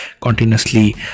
continuously